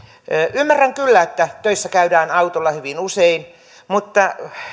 ymmärrän kyllä että töissä käydään autolla hyvin usein mutta